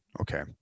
okay